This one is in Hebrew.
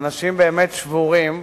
אלה אנשים באמת שבורים,